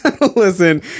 listen